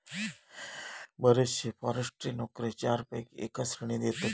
बरेचशे फॉरेस्ट्री नोकरे चारपैकी एका श्रेणीत येतत